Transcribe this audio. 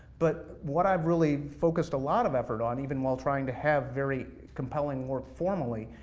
but what i've really focused a lot of effort on, even while trying to have very compelling work formally,